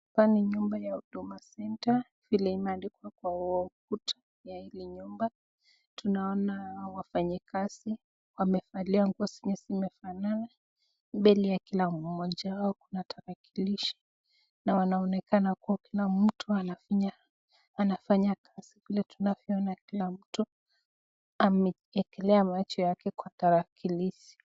Hapa ni nyumba ya Hudumu Center vile imeandikwa kwa ukuta ya hili nyumba. Tunaona wafanyikazi wamevalia nguo zenye zimefanana mbele ya kila mmoja wao kuna tarakilishi na wanaonekana kuwa kila mtu anafinya anafanya kazi. Vile tunavyoona kila mtu ameekelea macho yake kwa tarakilishi.